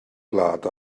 gwlad